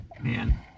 man